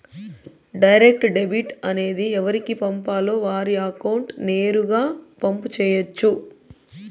direct debit అనేది ఎవరికి పంపాలో వారి అకౌంట్ నేరుగా పంపు చేయొచ్చు